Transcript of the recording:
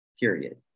period